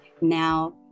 now